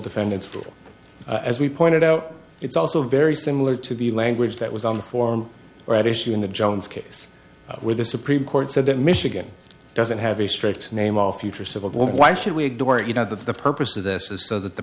defendants full as we pointed out it's also very similar to the language that was on the form or at issue in the jones case where the supreme court said that michigan doesn't have a strict name all future civil war why should we ignore it you know that the purpose of this is so that the